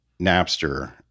Napster